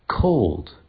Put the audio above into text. cold